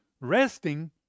resting